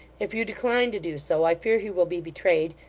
if you decline to do so, i fear he will be betrayed,